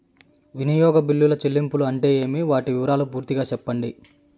వినియోగ బిల్లుల చెల్లింపులు అంటే ఏమి? వాటి వివరాలు పూర్తిగా సెప్పండి?